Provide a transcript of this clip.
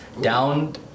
down